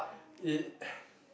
it